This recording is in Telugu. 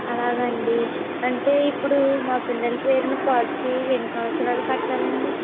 అవునండి అంటే ఇప్పుడు మా పిల్లల పేరున పాలసీ ఎన్ని సంవత్సరాలు కట్టాలండి